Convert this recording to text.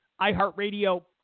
iHeartRadio